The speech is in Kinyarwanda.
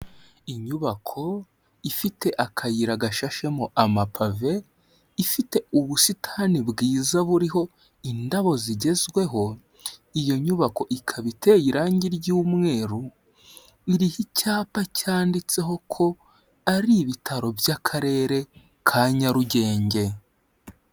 Inyubako ifite akayira gashashemo amapave, ifite ubusitani bwiza buriho indabo zigezweho, iyo nyubako ikaba iteye irange ry'umweru, iriho icyapa cyanditseho ko ari ibitaro by'akarere ka Nyarugenge.